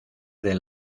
del